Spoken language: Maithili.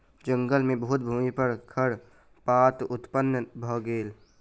जंगल मे बहुत भूमि पर खरपात उत्पन्न भ गेल